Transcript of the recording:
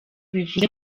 bivuze